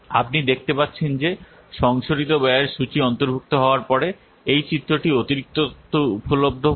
আপনি দেখতে পাচ্ছেন যে সংশোধিত ব্যয়ের সূচী অন্তর্ভুক্ত হওয়ার পরে এই চিত্রটি অতিরিক্ত তথ্য উপলভ্য করে